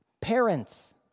Parents